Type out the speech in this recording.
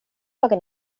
laga